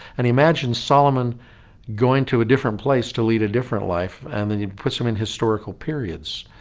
and imagine solomon going to a different place to lead a different life and then you'd put some in historical periods.